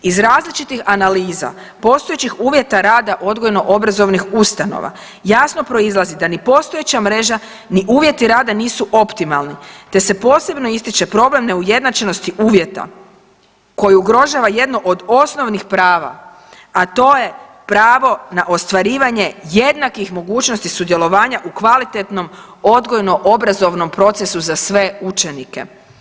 Iz različitih analiza, postojećih uvjeta rada odgojno-obrazovnih ustanova jasno proizlazi da ni postojeća mreža, ni uvjeti rada nisu optimalni te se posebno ističe problem neujednačenosti uvjeta koji ugrožava jedno od osnovnih prava, a to je pravo na ostvarivanje jednakih mogućnosti sudjelovanja u kvalitetnom odgojno-obrazovnom procesu za sve učenike.